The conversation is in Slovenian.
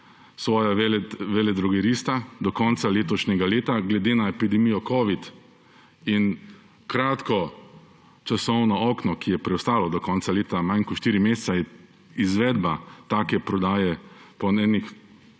svoje veledrogerista do konca letošnjega leta. Glede na epidemijo covida in kratko časovno okno, ki je preostalo do konca leta, manj kot štiri meseca, je izvedba take prodaje po nujnih